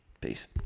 Peace